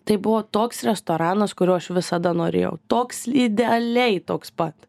tai buvo toks restoranas kurio aš visada norėjau toks idealiai toks pat